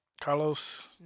Carlos